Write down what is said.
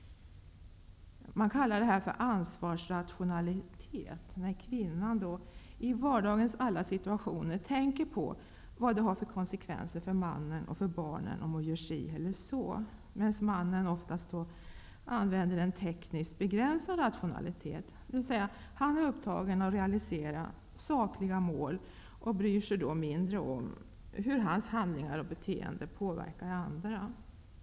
Det kallas för ansvarsrationalitet, när kvinnan i vardagens alla situationer tänker på konsekvenserna för man och barn, när hon gör på det ena eller andra sättet. Mannen använder i stället oftast en tekniskt begränsad rationalitet, dvs. bryr sig mindre om hur hans handlingar och beteenden påverkar andra, när han realiserar sakliga mål.